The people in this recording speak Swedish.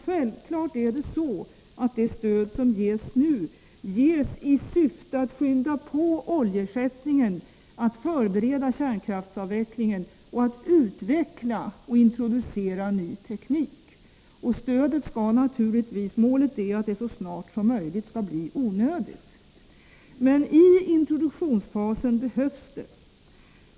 Självfallet måste det nuvarande stödet ges i syfte att påskynda oljeersättningen, att förbereda kärnkraftsavvecklingen och att utveckla och introducera ny teknik. Målet är naturligtvis att stödet så snart som möjligt skall bli onödigt. I introduktionsfasen behövs det emellertid ett stöd.